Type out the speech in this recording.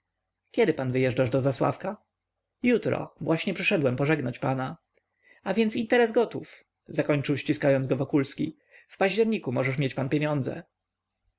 kiedy pan wyjeżdżasz do zasławka jutro właśnie przyszedłem pożegnać pana a więc interes gotów zakończył ściskając go wokulski w październiku możesz pan mieć pieniądze